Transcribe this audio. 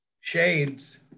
Shades